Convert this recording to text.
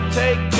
take